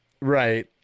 Right